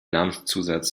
namenszusatz